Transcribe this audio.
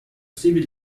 civil